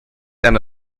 and